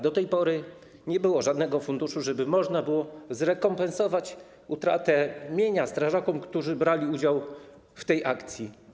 Do tej pory nie było żadnego funduszu, żeby można było zrekompensować utratę mienia strażakom, którzy brali udział w tej akcji.